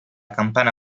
campana